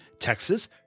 Texas